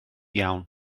iawn